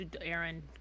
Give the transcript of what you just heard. Aaron